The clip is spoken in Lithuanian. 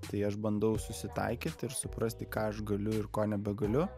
tai aš bandau susitaikyt ir suprasti ką aš galiu ir ko nebegaliu